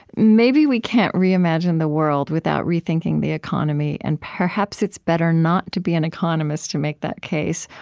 maybe we can't reimagine the world without rethinking the economy and perhaps it's better not to be an economist to make that case.